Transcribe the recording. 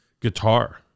Guitar